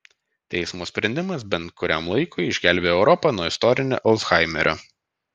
teismo sprendimas bent kuriam laikui išgelbėjo europą nuo istorinio alzhaimerio